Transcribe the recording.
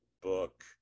book